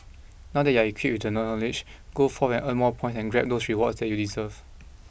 now that you're equipped with the knowledge go forth and earn more points and grab those rewards that you deserve